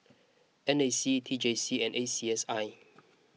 N A C T J C and A C S I